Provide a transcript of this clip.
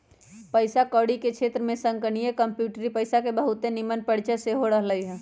पइसा कौरी के क्षेत्र में संगणकीय कंप्यूटरी पइसा के बहुते निम्मन परिचय सेहो रहलइ ह